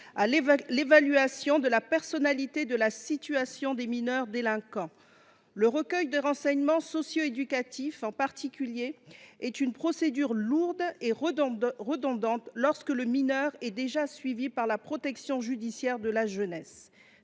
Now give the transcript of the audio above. à l’évaluation de la personnalité et de la situation des mineurs délinquants. Le recueil de renseignements socio éducatifs, en particulier, est une procédure lourde et redondante lorsque le mineur est déjà suivi par la protection judiciaire de la jeunesse.